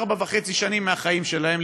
ארבע וחצי שנים מהחיים שלהם,